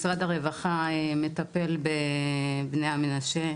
משרד הרווחה מטפל בבני המנשה,